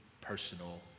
personal